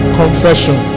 confession